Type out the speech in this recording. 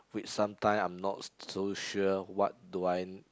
which sometime I'm not so sure what do I